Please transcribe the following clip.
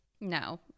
No